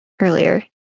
earlier